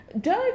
Doug